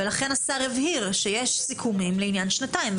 לכן השר הבהיר שיש סיכומים לעניין שנתיים.